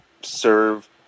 serve